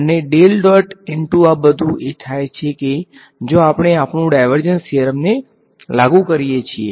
અને ઈંટુ આ બધુ એ થાય છે કે જ્યાં આપણે આપણું ડાયવર્જન્સ થીયરમ ને લાગુ કરીએ છીએ